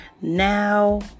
Now